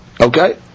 Okay